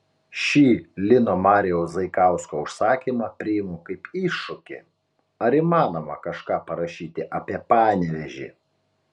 šį lino marijaus zaikausko užsakymą priimu kaip iššūkį ar įmanoma kažką parašyti apie panevėžį